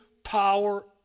power